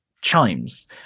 chimes